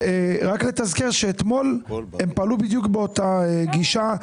רק לתזכר שאתמול הם פעלו בדיוק באותה גישה,